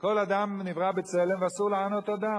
כל אדם נברא בצלם ואסור לענות אדם,